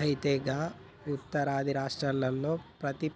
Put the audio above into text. అయితే గా ఉత్తరాది రాష్ట్రాల్లో ప్రతి